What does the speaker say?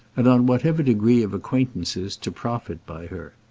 and on whatever degree of acquaintances to profit by her.